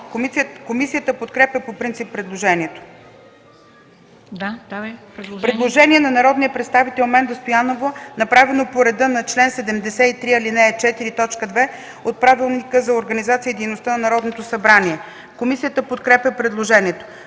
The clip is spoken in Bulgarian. Комисията подкрепя по принцип предложението. Предложение на народния представител Менда Стоянова, направено по реда на чл. 73, ал. 4, т. 2 от Правилника за организацията и дейността на Народното събрание. Комисията подкрепя предложението.